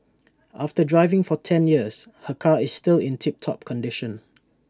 after driving for ten years her car is still in tip top condition